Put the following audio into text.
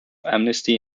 amnesty